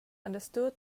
understood